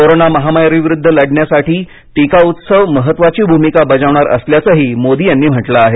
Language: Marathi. कोरोना महामारीविरुद्ध लढण्यासाठी टीका उत्सव महत्वाची भूमिका बजावणार असल्याचंही मोदी यांनी म्हटलं आहे